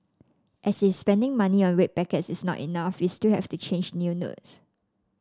as if spending money on red packets is not enough you still have to change new notes